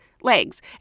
legs